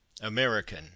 American